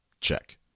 Check